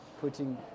putting